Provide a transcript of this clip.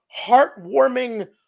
heartwarming